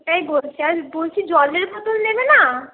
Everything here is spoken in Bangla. ওটাই বলছি আর বলছি জলের বোতল নেবে না